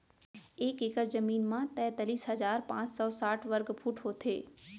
एक एकड़ जमीन मा तैतलीस हजार पाँच सौ साठ वर्ग फुट होथे